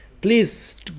please